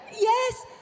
yes